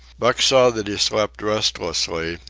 buck saw that he slept restlessly,